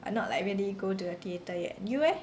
but not like really go to the theatre yet you leh